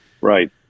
Right